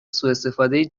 سواستفاده